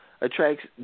attracts